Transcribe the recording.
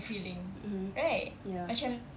mm ya